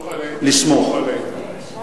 סמוך עלינו,